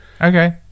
okay